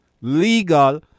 legal